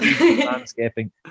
Landscaping